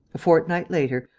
a fortnight later,